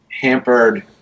hampered